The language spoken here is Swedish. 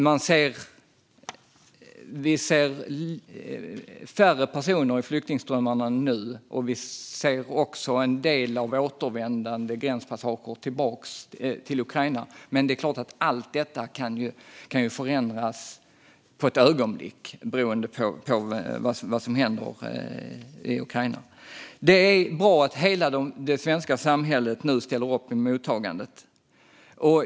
Det är nu färre personer i flyktingströmmarna, och vi ser också en del av återvändande vid gränspassager tillbaka till Ukraina. Men det är klart att allt detta kan förändras på ett ögonblick beroende på vad som händer i Ukraina. Det är bra att hela svenska samhället ställer upp i mottagandet.